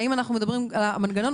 האם אנחנו מדברים על המנגנון,